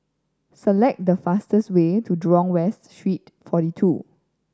select the fastest way to Jurong West Street Forty Two